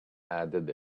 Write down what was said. added